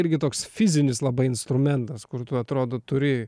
irgi toks fizinis labai instrumentas kur tu atrodo turi